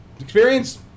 experience